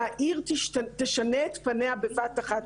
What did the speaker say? שהעיר תשנה את פניה בבת אחת,